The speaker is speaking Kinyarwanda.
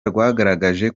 rwagaragaje